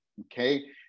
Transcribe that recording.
okay